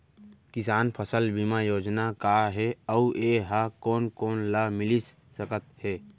किसान फसल बीमा योजना का हे अऊ ए हा कोन कोन ला मिलिस सकत हे?